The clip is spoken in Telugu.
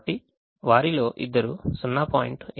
కాబట్టి వారిలో ఇద్దరు 0